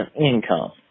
income